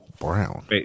Brown